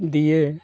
ᱫᱤᱭᱮ